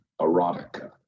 erotica